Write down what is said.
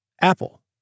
Apple